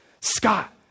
Scott